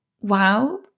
wow